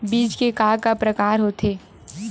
बीज के का का प्रकार होथे?